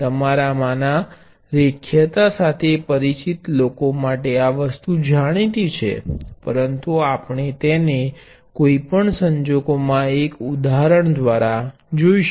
તમારામાંના રેખીયતા સાથે પરિચિત લોકો માટે આ વસ્તુ જાણીતી છે પરંતુ આપણે તેને કોઈપણ સંજોગોમાં એક ઉદાહરણ દ્વારા જોઇશું